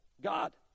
God